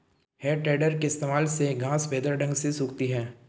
है टेडर के इस्तेमाल से घांस बेहतर ढंग से सूखती है